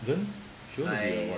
then she want to be a what